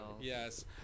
Yes